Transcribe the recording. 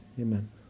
Amen